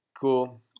Cool